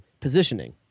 positioning